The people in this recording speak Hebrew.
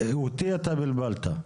אותי בלבלת.